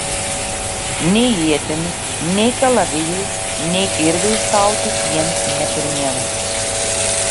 nei ietimis nei kalavijais nei kirviais kautis jiems ne pirmiena